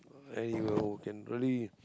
i eman you can really